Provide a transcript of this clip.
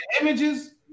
images